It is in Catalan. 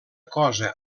cosa